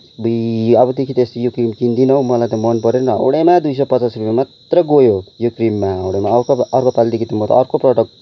अबुई अबदेखि त यस्तो यो क्रिम कन्दिनँ हो मलाई त मन परेन हाउडेमा दुई सय पचास रुपियाँ मात्रै गयो यो क्रिममा हाउडेमा अर्कोपालीदेखि त म अर्को प्रडक्ट